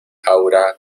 aura